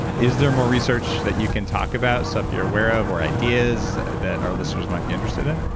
is there more research that you can talk about, stuff you're aware of, or ideas that our listeners might be interested in?